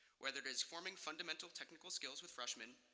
whether it is forming fundamental technical skills with freshmen,